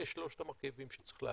אלה שלושת המרכיבים שצריך לעשות.